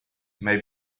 may